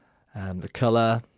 and the colour.